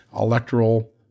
electoral